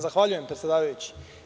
Zahvaljujem predsedavajući.